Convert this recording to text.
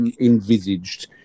envisaged